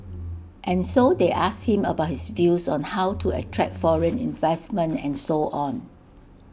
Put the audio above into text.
and so they asked him about his views on how to attract foreign investment and so on